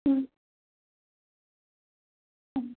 হুম হুম